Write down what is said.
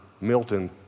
Milton